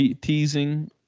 Teasing